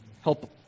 help